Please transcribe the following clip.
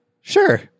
Sure